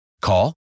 Call